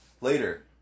later